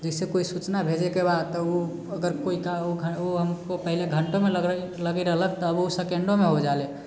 जैसे कोइ सूचना भेजैके बा तऽ ओ अगर हमको पहले घण्टोमे लगैत रहलक तऽ अब ओ सेकेन्डोमे हो जाइले